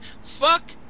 Fuck